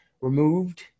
removed